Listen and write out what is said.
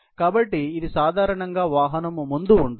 కాబట్టి ఇది సాధారణంగా వాహనం ముందు ఉంటుంది